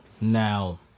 Now